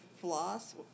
floss